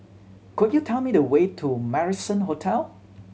could you tell me the way to Marrison Hotel